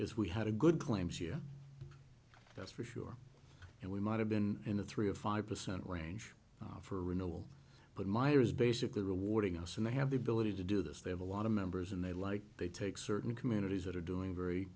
is we had a good claims year that's for sure and we might have been in the three or five percent range for renewal but my it was basically rewarding us and i have the ability to do this they have a lot of members and they like they take certain communities that are doing very